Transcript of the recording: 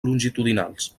longitudinals